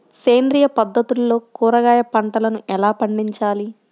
సేంద్రియ పద్ధతుల్లో కూరగాయ పంటలను ఎలా పండించాలి?